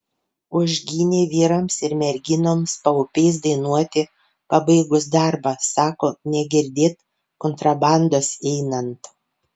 užgynė vyrams ir merginoms paupiais dainuoti pabaigus darbą sako negirdėt kontrabandos einant